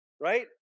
right